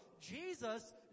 Jesus